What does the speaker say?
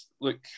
look